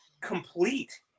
complete